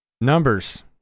Numbers